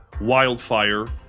Wildfire